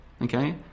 okay